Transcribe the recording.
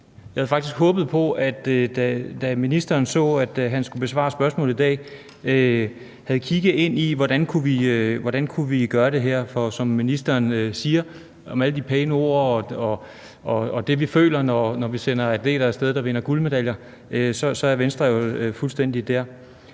Jeg havde faktisk håbet på, at ministeren, da han så, at han skulle besvare spørgsmål i dag, havde kigget ind i, hvordan vi kunne gøre det her, for det, som ministeren siger med alle de pæne ord om, hvad vi føler, når vi sender atleter af sted, der vinder guldmedaljer, svarer fuldstændig til,